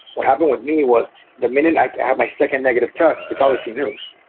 what happened with me was the minute i had my second negative test, they tell me she knows.